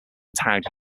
tagged